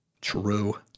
True